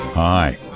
Hi